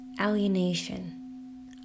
alienation